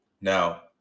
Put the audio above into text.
now